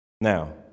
Now